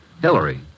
Hillary